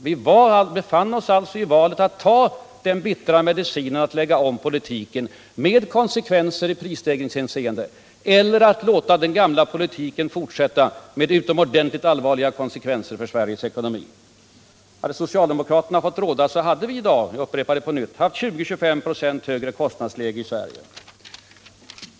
Vi befann oss alltså i valet mellan att ta den bittra medicinen och lägga om politiken — med konsekvenser i prishänseende -— eller att låta den gamla politiken fortsätta, med utomordentligt allvarliga konsekvenser för Sveriges ekonomi. Hade socialdemokraterna fått råda hade vi nu — jag upprepar det på nytt — haft 20-25 96 högre kostnadsläge i Sverige.